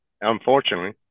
unfortunately